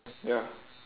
ya